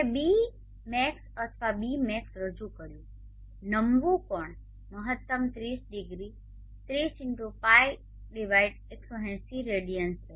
મેં Bmax અથવા ßmax રજૂ કર્યું છે નમવું કોણ મહત્તમ 30 ડિગ્રી 30 x Π 180 રેડિયન છે